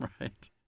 Right